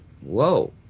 whoa